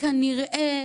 "נראה",